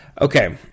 okay